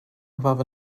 above